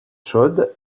chaudes